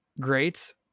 great